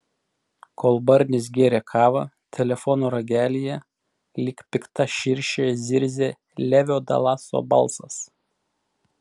kol barnis gėrė kavą telefono ragelyje lyg pikta širšė zirzė levio dalaso balsas